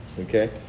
Okay